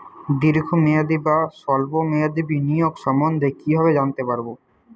দীর্ঘ মেয়াদি বা স্বল্প মেয়াদি বিনিয়োগ সম্বন্ধে কীভাবে জানতে পারবো?